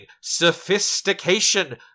sophistication